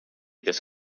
this